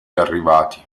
arrivati